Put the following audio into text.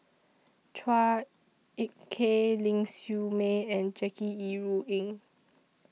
Chua Ek Kay Ling Siew May and Jackie Yi Ru Ying